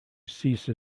cease